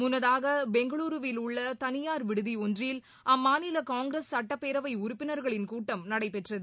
முன்னதாக பெங்களுருவில் உள்ள தனியார் விடுதி ஒன்றில் அம்மாநில காங்கிரஸ் சுட்டப் பேரவை உறுப்பினர்களின் கூட்டம் நடைபெற்றது